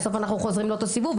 בסוף אנחנו חוזרים לאותו סיבוב,